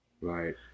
Right